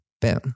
Boom